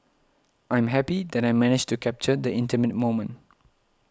I'm happy that I managed to capture the intimate moment